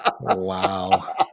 Wow